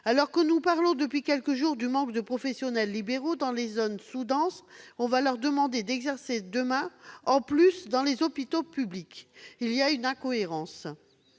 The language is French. Alors que nous parlons depuis plusieurs jours du manque de professionnels libéraux dans les zones sous-denses, vous allez leur demander demain d'exercer, en plus, dans les hôpitaux publics. Il y a une incohérence